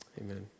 Amen